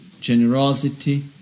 generosity